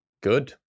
Good